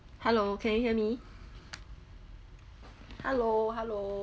hello can you hear me hello hello